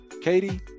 Katie